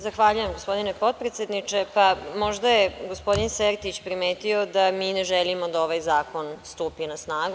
Zahvaljujem gospodine potpredsedniče, Možda je gospodin Sertić primetio da mi ne želimo da ovaj zakon stupi na snagu.